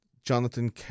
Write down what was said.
Jonathan